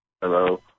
Hello